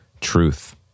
truth